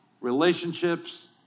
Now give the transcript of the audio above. Relationships